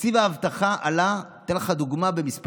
תקציב האבטחה, אני אתן לך דוגמה במספרים: